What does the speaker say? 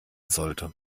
sollte